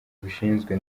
bubishinzwe